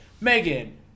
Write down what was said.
Megan